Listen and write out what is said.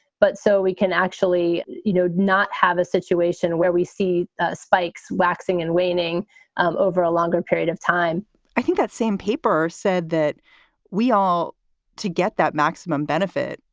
but so we can actually, you know, not have a situation where we see spikes waxing and waning um over a longer period of time i think that same paper said that we ought to get that maximum benefit,